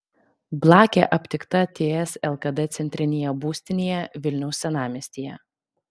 blakė aptikta ts lkd centrinėje būstinėje vilniaus senamiestyje